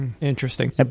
Interesting